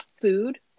food